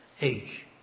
age